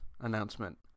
announcement